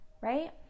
Right